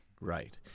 Right